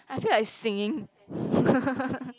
I feel like singing